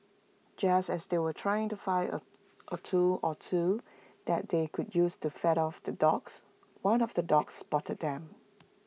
just as they were trying to find A a tool or two that they could use to fend off the dogs one of the dogs spotted them